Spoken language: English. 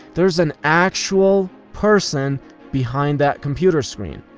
there's an actual person behind that computer screen.